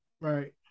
right